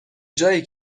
جایی